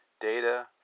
data